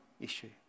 issue